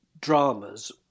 dramas